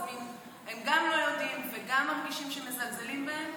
הם גם לא יודעים וגם מרגישים שמזלזלים בהם.